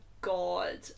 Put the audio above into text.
god